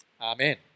Amen